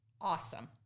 awesome